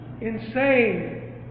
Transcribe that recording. Insane